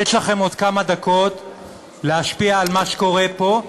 יש לכם עוד כמה דקות להשפיע על מה שקורה פה.